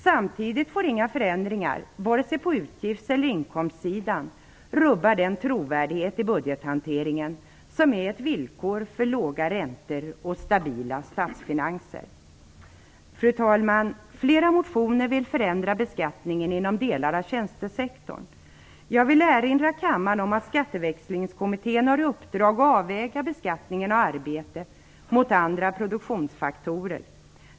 Samtidigt får inga förändringar vare på utgifts eller på inkomstsidan rubba den trovärdighet i budgethanteringen som är ett villkor för låga räntor och stabila statsfinanser. Fru talman! I flera motioner vill man förändra beskattningen inom delar av tjänstesektorn. Jag vill erinra kammaren om att Skatteväxlingskommittén har i uppdrag att avväga beskattningen av arbete mot andra produktionsfaktorer.